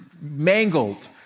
mangled